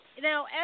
Now